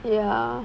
ya